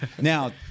Now